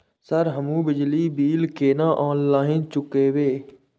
Sir हमू बिजली bill केना ऑनलाईन चुकेबे?